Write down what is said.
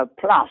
plus